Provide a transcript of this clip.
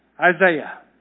Isaiah